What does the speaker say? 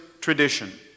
tradition